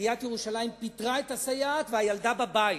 עיריית ירושלים פיטרה את הסייעת והילדה בבית.